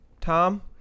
Tom